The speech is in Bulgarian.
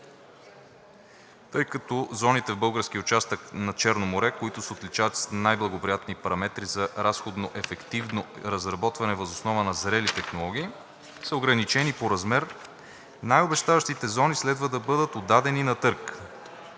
Тъй като зоните в българския участък на Черно море, които се отличават с най-благоприятни параметри за разходно ефективно разработване въз основа на зрели технологии, са ограничени по размер, най-обещаващите зони следва да бъдат отдадени на търг.